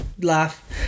Laugh